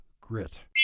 Grit